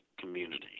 community